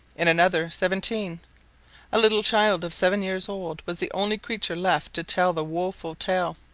in another seventeen a little child of seven years old was the only creature left to tell the woful tale.